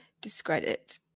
discredit